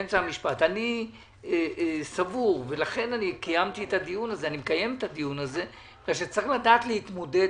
אני מקיים את הדיון הזה משום שאני סבור שצריך לדעת להתמודד.